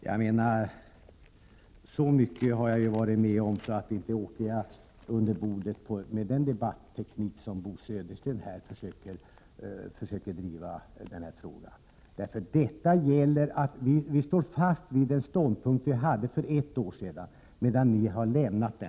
Jag har varit med om så mycket att jag knappast åker under bordet med den debatteknik som Bo Södersten försöker använda i denna fråga. Vi står fast vid den ståndpunkt vi intog för ett år sedan, medan ni har lämnat den.